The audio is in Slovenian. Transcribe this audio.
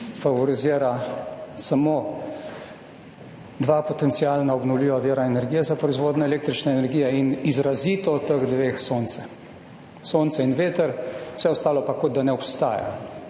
favorizira samo dva potencialna obnovljiva vira energije za proizvodnjo električne energije in izrazito ta dva, sonce in veter, vse ostalo pa kot da ne obstaja.